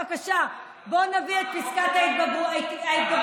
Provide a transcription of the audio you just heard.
בבקשה, בוא נביא את פסקת ההתגברות.